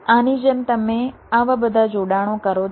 આની જેમ તમે આવા બધા જોડાણો કરો છો